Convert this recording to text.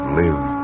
live